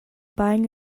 buying